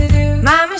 Mama